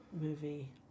movie